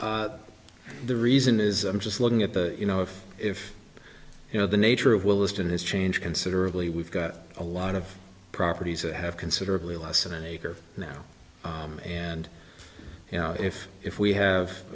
t the reason is i'm just looking at the you know if if you know the nature of willesden has changed considerably we've got a lot of properties that have considerably less of an acre now and you know if if we have